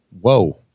Whoa